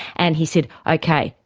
and he said, okay,